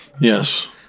Yes